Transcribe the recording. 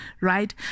Right